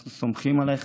אנחנו סומכים עלייך.